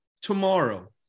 tomorrow